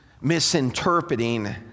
misinterpreting